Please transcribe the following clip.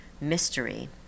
mystery